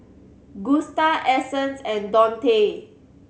Gusta Essence and Dontae